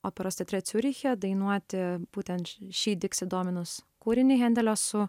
operos teatre ciuriche dainuoti būtent š šį dixsit dominus kūrinį hendelio su